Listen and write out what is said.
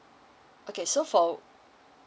okay so for